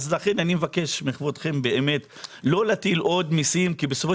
לכן אני מבקש מכבודכם באמת לא להטיל עוד מיסים כי בסופו